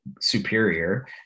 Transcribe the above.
superior